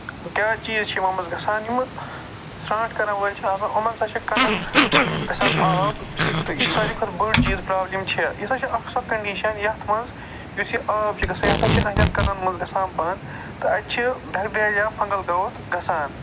کیاہ چیٖز چھُ یِمَو منٛز گژھان یِم سٔٹاٹ کَرَن وٲلۍ چھِ آسان یِمَن سۭتۍ چھِ کَنَس گژھان آب تہٕ چھُ ساروی کھۄتہٕ بٔڑۍ چیٖز پرابلِم چھِ یہِ سا چھُ سُہ اکھ کَنڈِشَن یَتھ منٛز یُس یہِ آب چھُ گژھان یہِ سا چھُ أہندٮ۪ن کَنن منٛز گژھان بَند تہٕ اَتہِ چھِ بٮ۪بریا فَنگَل گروتھ گژھان